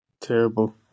Terrible